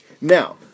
now